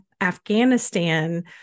Afghanistan